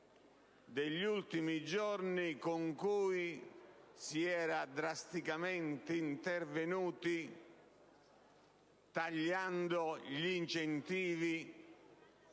degli ultimi giorni con cui si era drasticamente intervenuti tagliando gli incentivi